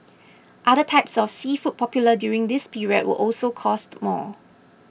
other types of seafood popular during this period will also cost more